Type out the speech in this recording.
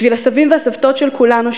בשביל הסבים והסבתות של כולנו,